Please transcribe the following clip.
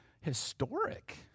historic